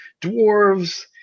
dwarves